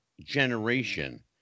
generation